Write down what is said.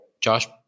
Josh